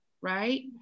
right